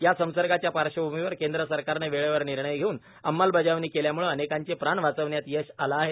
या संसर्गाच्या पार्श्वभूमीवर केंद्र सरकारनं वेळेवर निर्णय घेऊन अंमलबजावणी केल्यामुळे अनेकांचे प्राण वाचवण्यात यश आलं आहे